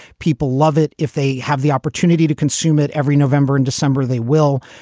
people love it. if they have the opportunity to consume it every november and december, they will.